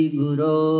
guru